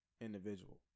individual